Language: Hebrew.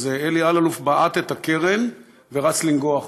אז אלי אלאלוף בעט את הקרן ורץ לנגוח אותו.